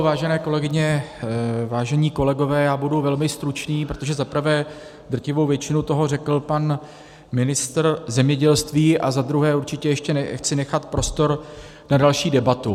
Vážené kolegyně, vážení kolegové, budu velmi stručný, protože za prvé drtivou většinu toho řekl pan ministr zemědělství a za druhé určitě ještě chci nechat prostor na další debatu.